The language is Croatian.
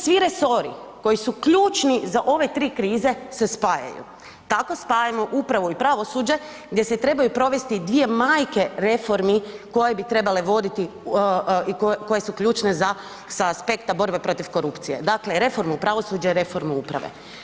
Svi resori koji su ključni za ove tri krize se spajaju, tako spajamo upravo i pravosuđe gdje se trebaju provesti dvije majke reformi koje bi trebali voditi i koje su ključne sa aspekta borbe protiv korupcije, dakle reformu pravosuđa i reformu uprave.